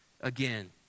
again